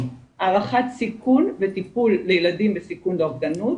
הערכת סיכון וטיפול לילדים בסיכון לאובדנות,